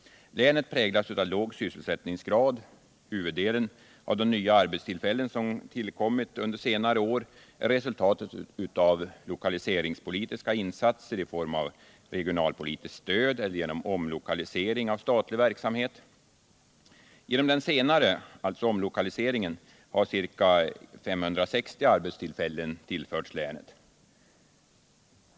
Länet präglas av låg sysselsättningsgrad. Huvuddelen av de nya arbetstillfällen som kommit till under senare år är resultat av lokaliseringspolitiska insatser i form av regionalpolitiskt stöd eller omlokalisering av statlig verksamhet. Genom den senare åtgärden har ca 560 arbetstillfällen tillförts länet.